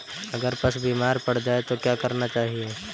अगर पशु बीमार पड़ जाय तो क्या करना चाहिए?